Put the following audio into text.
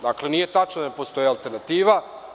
Dakle, nije tačno da ne postoji alternativa.